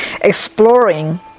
Exploring